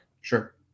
Sure